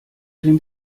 dem